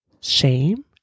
shame